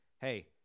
Hey